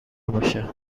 باشه